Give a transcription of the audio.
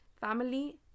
family